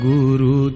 Guru